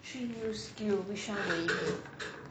three new skill which one will you pick